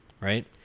right